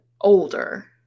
older